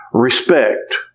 Respect